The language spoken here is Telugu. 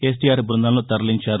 ఎస్టీఆర్ఎఫ్ బృందాలను తరలించారు